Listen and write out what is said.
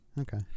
Okay